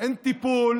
אין טיפול